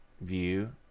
view